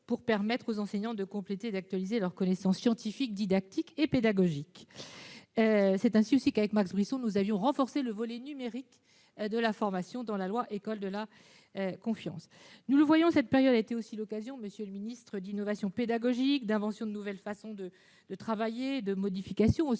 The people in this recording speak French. pour permettre aux enseignants de compléter et d'actualiser leurs connaissances scientifiques, didactiques et pédagogiques ». C'est dans cet esprit que, avec Max Brisson, nous avions renforcé le volet numérique de la loi pour une école de la confiance. Cette période a également été l'occasion, monsieur le ministre, d'innovations pédagogiques, de mise en place de nouvelles façons de travailler, de modifications